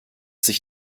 sich